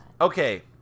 Okay